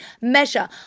measure